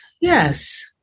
yes